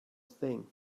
thing